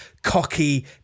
cocky